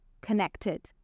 connected